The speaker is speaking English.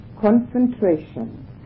concentration